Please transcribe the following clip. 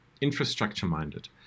infrastructure-minded